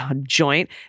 joint